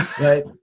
Right